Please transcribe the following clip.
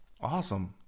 Awesome